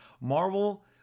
Marvel